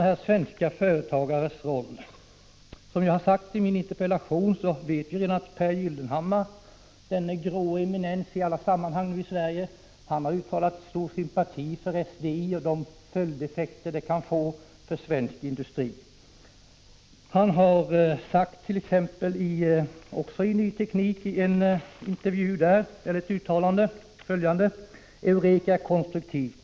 Beträffande svenska företagares roll: Som jag har sagt i min interpellation vet vi redan att Pehr Gyllenhammar, denne grå eminens, har uttalat stor sympati för SDI och de följdeffekter som det kan få för svensk industri. Han hart.ex. sagt, också det i ett uttalande i Ny Teknik: ”Eureka är konstruktivt.